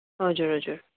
हजुर हजुर